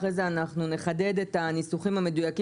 אחר כך אנחנו נחדד את הניסוחים המדויקים